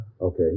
okay